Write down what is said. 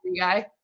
guy